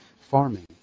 farming